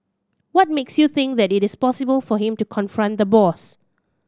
what makes you think that it is possible for him to confront the boss